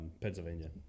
Pennsylvania